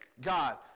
God